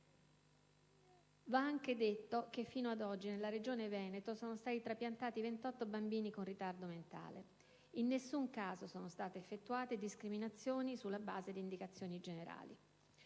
Va anche detto che, fino ad oggi, nella Regione Veneto sono stati trapiantati 28 bambini con ritardo mentale. In nessun caso sono state effettuate discriminazioni sulla base di indicazioni generali.